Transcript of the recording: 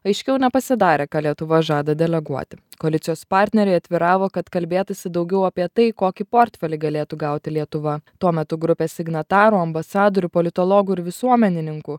aiškiau nepasidarė ką lietuva žada deleguoti koalicijos partneriai atviravo kad kalbėtųsi daugiau apie tai kokį portfelį galėtų gauti lietuva tuo metu grupė signatarų ambasadorių politologų ir visuomenininkų